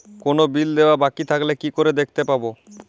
কোনো বিল দেওয়া বাকী থাকলে কি করে দেখতে পাবো?